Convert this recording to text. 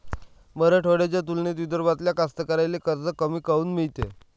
मराठवाड्याच्या तुलनेत विदर्भातल्या कास्तकाराइले कर्ज कमी काऊन मिळते?